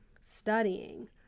studying